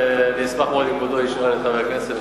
ואני אשמח מאוד אם כבודו ישאל את חבר הכנסת,